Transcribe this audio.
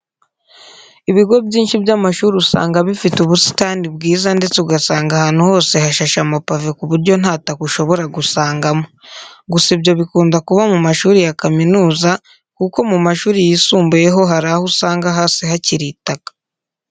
Ibigo byinshi by'amashuri usanga bifite ubusitani bwiza ndetse ugasanga ahantu hose hasashe amapave ku buryo nta taka ushobora gusangamo. Gusa ibyo bikunda kuba mu mashuri ya kaminuza kuko mu mashuri yisumbuye ho hari aho usanga hasi hakiri itaka.